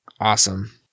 Awesome